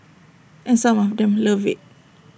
and some of them love IT